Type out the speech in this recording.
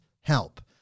help